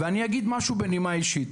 ואני אגיד משהו בנימה אישית.